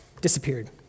disappeared